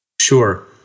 Sure